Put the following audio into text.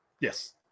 Yes